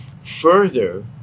Further